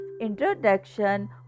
introduction